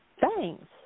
Thanks